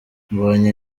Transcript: mbonye